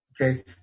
Okay